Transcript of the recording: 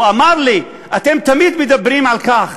הוא אמר לי: אתם תמיד מדברים על כך